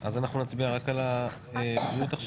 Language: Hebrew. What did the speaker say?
אז אנחנו נצביע רק על הבריאות עכשיו?